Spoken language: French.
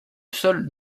seul